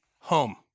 home